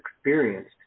experienced